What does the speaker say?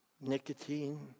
nicotine